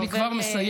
אני כבר מסיים.